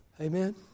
Amen